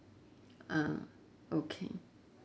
ah okay